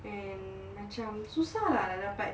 and macam susah lah dapat